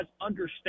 understand